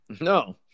No